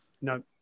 No